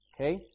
Okay